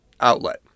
outlet